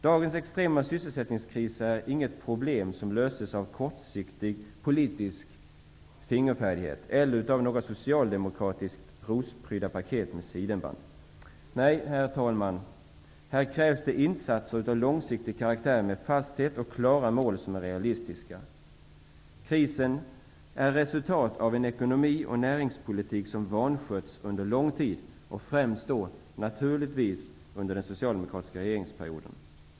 Dagens extrema sysselsättningskris är inget problem som löses av kortsiktig politisk fingerfärdighet eller av några socialdemokratiska rosprydda paket med sidenband. Nej, herr talman, här krävs det insikter av långsiktig karaktär med fasthet och klara mål som är realistiska. Krisen är ett resultat av en ekonomi och näringspolitik som har vanskötts under lång tid och främst då naturligtvis under den socialdemokratiska regeringsperioden.